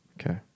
Okay